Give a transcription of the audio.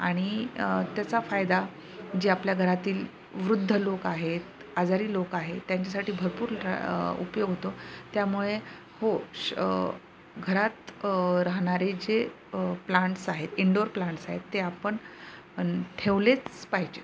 आणि त्याचा फायदा जे आपल्या घरातील वृद्ध लोक आहेत आजारी लोक आहेत त्यांच्यासाठी भरपूर रा उपयोग होतो त्यामुळे हो श घरात राहणारे जे प्लांट्स आहेत इन्डोर प्लांट्स आहेत ते आपण ठेवलेच पाहिजेत